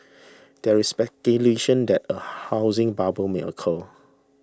there is speculation that a housing bubble may occur